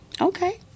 Okay